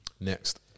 Next